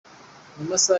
masaha